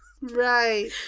right